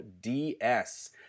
DS